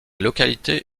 localité